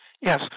Yes